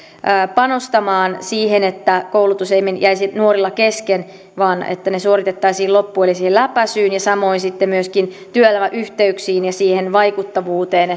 panostamaan siihen että koulutus ei jäisi nuorilla kesken vaan se suoritettaisiin loppuun eli siihen läpäisyyn ja samoin sitten myöskin työelämäyhteyksiin ja siihen vaikuttavuuteen